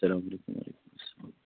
اَلسلامُ علیکُم وعلیکُم السلام